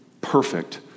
perfect